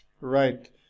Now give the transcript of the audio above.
Right